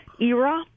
era